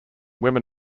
women